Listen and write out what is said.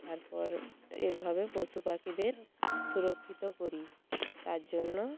তারপর এইভাবে পশু পাখিদের সুরক্ষিত করি তার জন্য